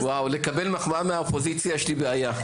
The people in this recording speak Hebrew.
וואו, לקבל מחמאה מהאופוזיציה יש לי בעיה.